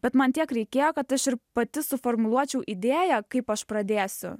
bet man tiek reikėjo kad aš ir pati suformuluočiau idėją kaip aš pradėsiu